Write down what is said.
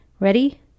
Ready